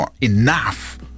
enough